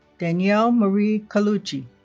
danielle marie colucci